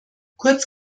kurz